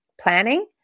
planning